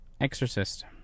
Exorcist